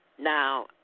Now